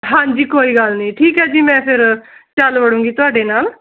ਹਾਂਜੀ ਕੋਈ ਗੱਲ ਨਹੀਂ ਠੀਕ ਹੈ ਜੀ ਮੈਂ ਫਿਰ ਚੱਲ ਵੜੂੰਗੀ ਤੁਹਾਡੇ ਨਾਲ